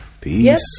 Peace